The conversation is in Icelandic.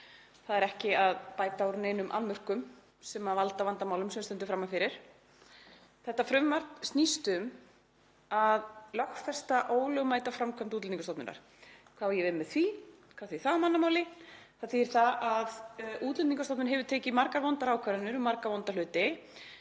kerfið, ekki að bæta úr neinum annmörkum sem valda vandamálum sem við stöndum frammi fyrir. Frumvarpið snýst um að lögfesta ólögmæta framkvæmd Útlendingastofnunar. Hvað á ég við með því? Hvað þýðir það á mannamáli? Það þýðir að Útlendingastofnun hefur tekið margar vondar ákvarðanir um marga vonda hluti